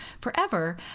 forever